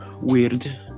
Weird